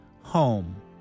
home